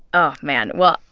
oh, man. well,